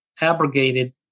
abrogated